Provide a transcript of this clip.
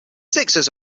sixers